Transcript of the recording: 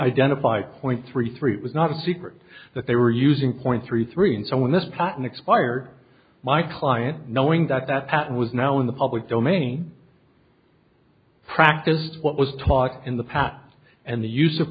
identify point three three it was not a secret that they were using point three three and so when this patent expired my client knowing that that patent was now in the public domain practiced what was taught in the past and the use of